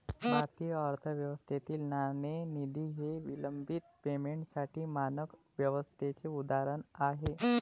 भारतीय अर्थव्यवस्थेतील नाणेनिधी हे विलंबित पेमेंटसाठी मानक व्यवस्थेचे उदाहरण आहे